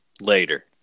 Later